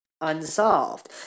unsolved